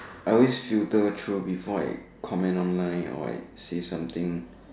I always filter through before I comment online or say something